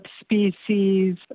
species